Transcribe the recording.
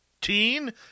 Teen